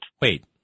Wait